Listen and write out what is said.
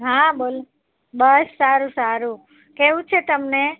હા બોલ બસ સારું સારું કેવું છે તમને